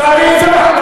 תביא את זה בחקיקה.